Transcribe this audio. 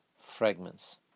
fragments